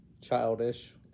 childish